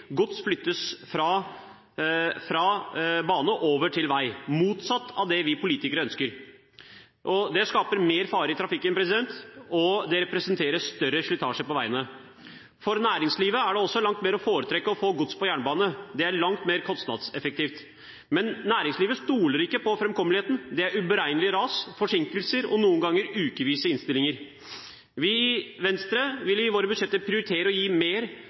gods flyttes fra bane og over til vei, motsatt av det vi politikere ønsker. Det skaper mer fare i trafikken, og det representerer større slitasje på veiene. For næringslivet er det også langt å fortrekke å få gods på jernbane; det er langt mer kostnadseffektivt. Men næringslivet stoler ikke på framkommeligheten. Det er uberegnelige ras, forsinkelser og noen ganger ukevis med innstillinger. Vi i Venstre vil i våre budsjetter prioritere å gi